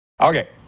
okay